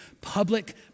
public